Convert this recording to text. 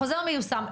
החוזר מיושם,